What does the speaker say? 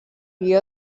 guió